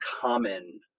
common